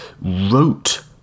wrote